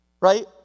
Right